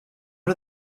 are